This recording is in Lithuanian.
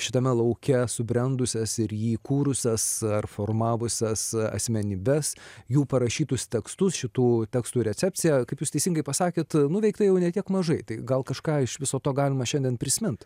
šitame lauke subrendusias ir jį kūrusias ar formavusias asmenybes jų parašytus tekstus šitų tekstų recepcija kaip jūs teisingai pasakėt nuveikta jau ne tiek mažai tai gal kažką iš viso to galima šiandien prisimint